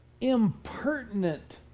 impertinent